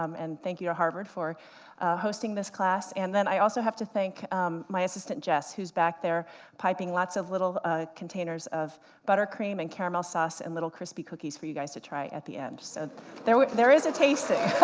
um and think you to harvard for hosting this class. and then i also have to thank my assistant jess, who's back there piping lots of little containers of butter cream and caramel sauce, and little crispy cookies for you guys to try at the end. so there there is a tasting.